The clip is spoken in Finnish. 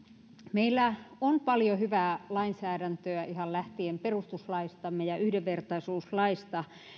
meillä on paljon hyvää lainsäädäntöä ihan lähtien perustuslaistamme ja yhdenvertaisuuslaista